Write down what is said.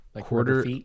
quarter